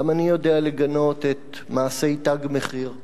גם אני יודע לגנות את מעשי "תג מחיר".